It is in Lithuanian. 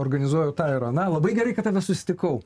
organizuoju tą ir aną labai gerai kad tave susitikau